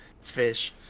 Fish